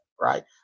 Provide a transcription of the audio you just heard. right